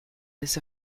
this